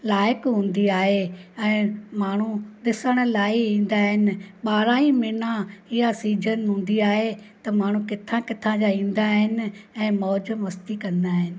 लाइक़ु हूंदी आहे ऐं माण्हू ॾिसणु लाइ ईंदा आहिनि ॿारहां ई महिना इहा सीज़न हूंदी आहे त माण्हू किथां किथां जा ईंदा आहिनि ऐं मौज मस्ती कंदा आहिनि